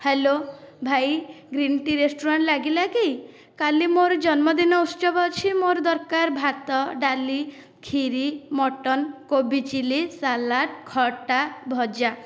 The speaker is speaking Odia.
ହ୍ୟାଲୋ ଭାଇ ଗ୍ରୀନ ଟି ରେସ୍ତୋରାଁ ଲାଗିଲା କି କାଲି ମୋର ଜନ୍ମଦିନ ଉତ୍ସବ ଅଛି ମୋର ଦରକାର ଭାତ ଡାଲି ଖିରି ମଟନ କୋବି ଚିଲି ସାଲାଡ଼ ଖଟା ଭଜା